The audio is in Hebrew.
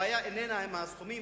הבעיה איננה עם הסכומים,